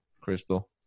Crystal